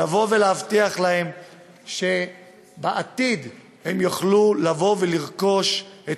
להבטיח להם שבעתיד הם יוכלו לרכוש את